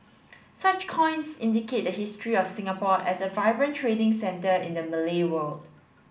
such coins indicate the history of Singapore as a vibrant trading centre in the Malay world